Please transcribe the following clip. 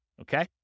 Okay